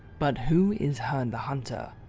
but who is herne the hunter,